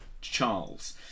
Charles